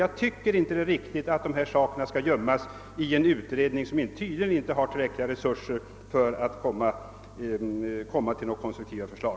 Det är inte riktigt att dessa frågor skall gömmas i en utredning, som tydligen inte har tillräckliga resurser för att kunna lägga fram konstruktiva förslag.